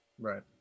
Right